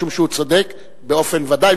משום שהוא צודק באופן ודאי,